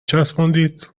چسبوندید